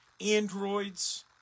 Androids